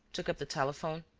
took up the telephone,